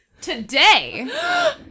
today